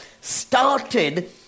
started